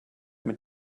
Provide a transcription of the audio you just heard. mit